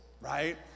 right